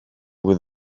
with